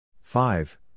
five